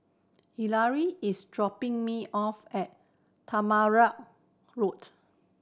Yareli is dropping me off at Tamarind Road